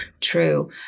true